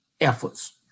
efforts